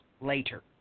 later